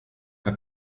que